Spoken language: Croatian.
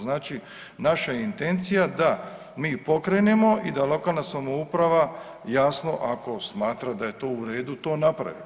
Znači naša je intencija da mi pokrenemo i da lokalna samouprava, jasno ako smatra da je to u redu, to napravi.